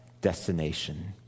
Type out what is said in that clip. destination